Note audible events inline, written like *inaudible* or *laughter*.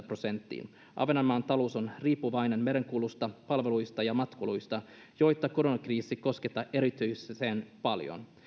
*unintelligible* prosenttiin ahvenanmaan talous on riippuvainen merenkulusta palveluista ja matkailusta joita koronakriisi koskettaa erityisen paljon